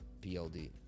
PLD